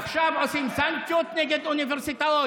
עכשיו עושים סנקציות נגד אוניברסיטאות,